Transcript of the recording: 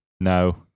No